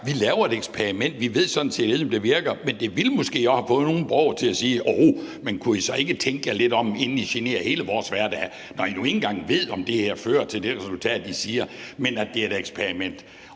vi laver et eksperiment, for vi ved sådan set ikke, om det virker, men det ville måske også have fået nogle borgere til at sige: Kunne I så ikke tænke jer lidt om, inden I generer hele vores hverdag, når I nu ikke engang ved, om det her fører til det resultat, I siger, men at det er et eksperiment.